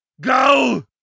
Go